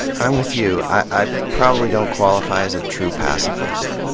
i'm with you. i probably don't qualify as a true pacifist.